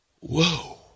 Whoa